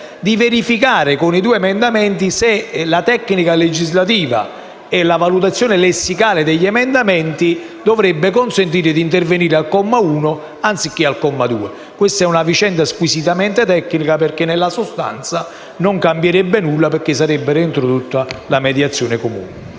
di verificare, in relazione ai due emendamenti se la tecnica legislativa e la valutazione lessicale degli emendamenti, possa consentire di intervenire al comma 1 anziché al comma 2. Questa è una vicenda squisitamente tecnica, perché nella sostanza non cambierebbe nulla, atteso che la mediazione sarebbe